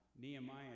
Nehemiah